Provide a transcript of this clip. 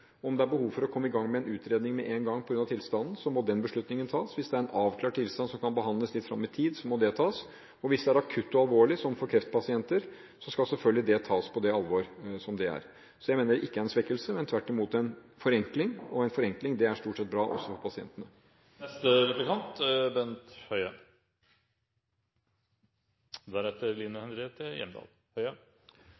Om det er behov for å komme i gang med en utredning med en gang på grunn av tilstanden, må den beslutningen tas. Hvis det er en avklart tilstand som kan behandles litt fram i tid, må det tas, og hvis det er akutt og alvorlig, som for kreftpasienter, skal det selvfølgelig tas på det alvor som det er. Jeg mener det ikke er en svekkelse, men tvert imot en forenkling – og en forenkling er stort sett bra for pasientene.